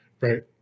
Right